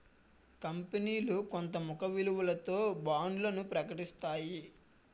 కంపనీలు కొంత ముఖ విలువతో బాండ్లను ప్రకటిస్తాయి